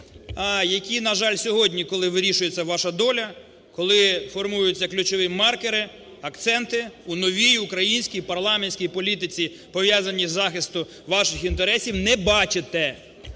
які, на жаль, сьогодні, коли вирішується ваша доля, коли формуються ключові маркери, акценти у новій українській парламентській політиці, пов'язаній із захистом ваших інтересів, не бачите.